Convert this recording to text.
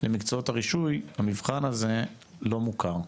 למקצועות הרישוי המבחן הזה לא מוכר.